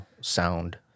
sound